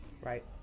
Right